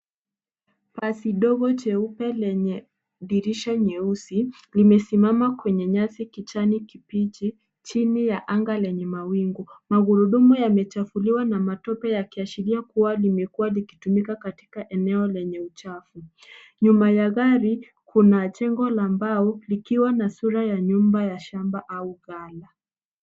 Basi dogo jeupe lenye dirisha nyeusi, limesimama kwenye nyasi kijani kibichi, chini ya anga lenye mawingu. Magurudumu yamechafuliwa na matope, yakiashiria kuwa lilitumika katika eneo lenye uchafu. Nyuma ya gari, kuna jengo la mbao likiwa na sura ya nyumba ya shamba au ghala.